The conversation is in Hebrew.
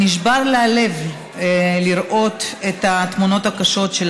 שנשבר הלב לראות את התמונות הקשות של